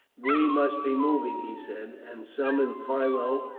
we must be moving, he said, and summoned philo,